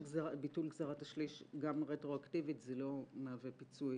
שביטול גזירת השליש גם רטרואקטיבית לא מהווה פיצוי